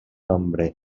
nombre